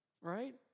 Right